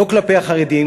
לא כלפי החרדים,